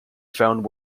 found